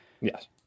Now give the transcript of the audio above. Yes